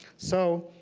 so